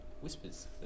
Whispers